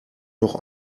noch